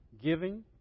giving